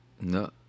No